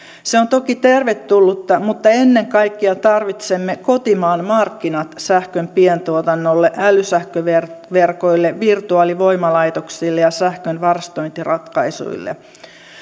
se on toki tervetullutta mutta ennen kaikkea tarvitsemme kotimaan markkinat sähkön pientuotannolle älysähköverkoille virtuaalivoimalaitoksille ja sähkön varastointiratkaisuille